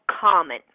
common